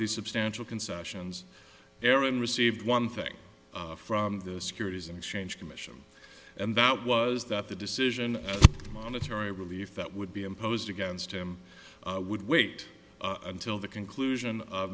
the substantial concessions aaron received one thing from the securities and exchange commission and that was that the decision monetary relief that would be imposed against him would wait until the conclusion